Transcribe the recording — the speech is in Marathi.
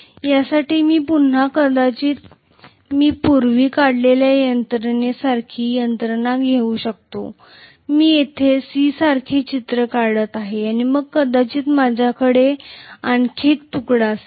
यासाठी मी पुन्हा कदाचित मी पूर्वी काढलेल्या यंत्रणेसारखीच यंत्रणा घेऊ या मी येथे C सारखे चित्र काढत आहे आणि मग कदाचित माझ्याकडे आणखी एक तुकडा असेल